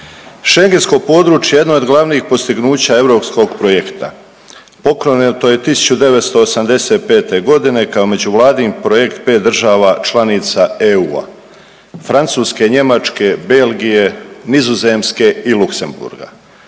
Schengentsko područje jedno je od glavnih postignuća europskog projekta, pokrenuto je 1985.g. kao međuvladin projekt 5 država članica EU-a, Francuske, Njemačke, Belgije, Nizozemske i Luksemburga.